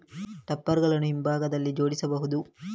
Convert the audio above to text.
topper ಗಳನ್ನು ಹಿಂಭಾಗದಲ್ಲಿ ಜೋಡಿಸಬಹುದು